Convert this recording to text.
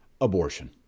Abortion